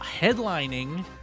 headlining